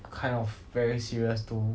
kind of very serious too